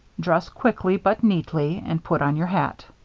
dress quickly, but neatly, and put on your hat.